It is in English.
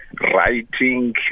writing